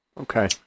Okay